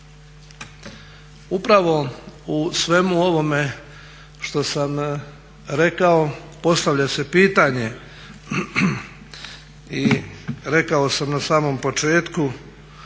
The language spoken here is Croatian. Upravo u svemu ovome što sam rekao postavlja se pitanje i rekao sam na samom početku